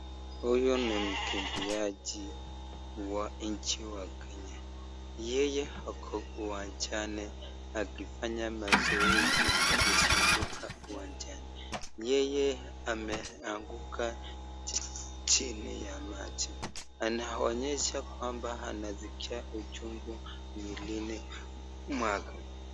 Huyu ni mkimbiaji wa nchi wa Kenya, yeye ako uwanjani akifanya mazoezi akizunguka uwanjani, yeye ameanguka chini ya maji, anaonyesha kwamba anaskia uchungu mwili mwake.